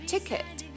Ticket